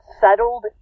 settled